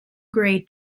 grade